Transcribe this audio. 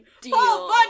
deal